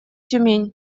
тюмень